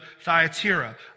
Thyatira